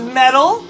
metal